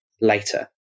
later